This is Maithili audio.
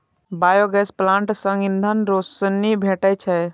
बायोगैस प्लांट सं ईंधन, रोशनी भेटै छै